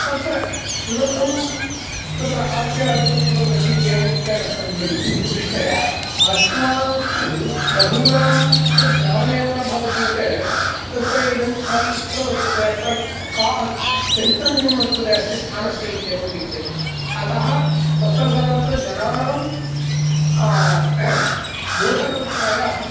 तत्र किमर्थं तत्र आर्कियालाजिकल् फोटोग्राफि इत्येवं रीत्या कर्तव्यम् इति पृष्टे अस्मासु बहूनां तत्र ज्ञानमेव न भवति यत् तत्र इदं स्थानं कुत्र वर्तते अत्र क चरित्रं किं वर्तते अस्य स्थानस्य इत्येवं रीत्या अतः तत्र सर्वत्र जनानां बोधकल्पनाय अहं